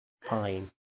Fine